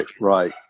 right